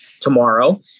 tomorrow